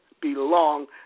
belong